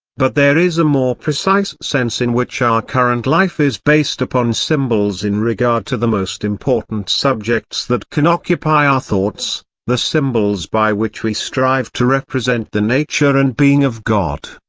but there is a more precise sense in which our current life is based upon symbols in regard to the most important subjects that can occupy our ah thoughts the symbols by which we strive to represent the nature and being of god,